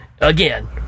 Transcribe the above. again